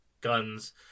guns